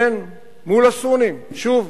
כן, מול הסונים, שוב.